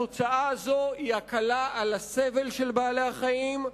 התוצאה הזו היא הקלה על הסבל של בעלי-החיים,